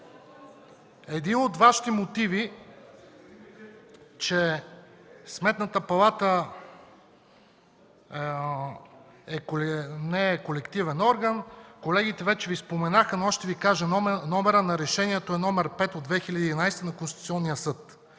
Един от Вашите мотиви, че Сметната палата не е колективен орган – колегите вече Ви споменаха, но аз ще Ви кажа номера на решението –№ 5 от 2011 г. на Конституционния съд,